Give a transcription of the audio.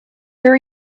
ear